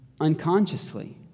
unconsciously